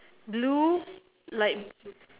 blue like